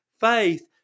faith